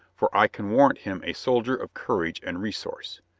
for i can warrant him a soldier of courage and re source,